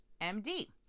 MD